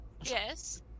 Yes